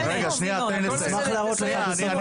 אני אשמח להראות לך שהזמנו אותם לדיון.